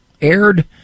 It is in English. aired